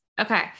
Okay